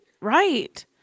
Right